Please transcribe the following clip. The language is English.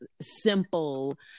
simple